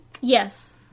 Yes